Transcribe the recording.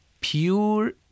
pure